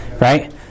Right